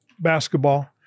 basketball